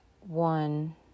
one